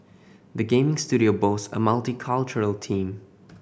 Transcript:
the gaming studio boasts a multicultural team